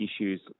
issues